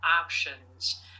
options